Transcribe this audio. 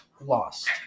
lost